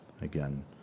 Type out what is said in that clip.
Again